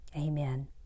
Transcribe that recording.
Amen